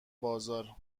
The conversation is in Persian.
بازار